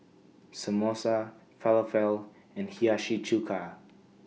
Samosa Falafel and Hiyashi Chuka